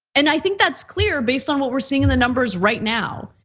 and i think that's clear based on what we're seeing in the numbers right now.